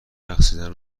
رقصیدن